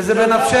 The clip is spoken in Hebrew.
וזה גם בנפשנו,